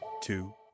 two